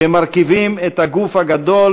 שמרכיבים את הגוף הגדול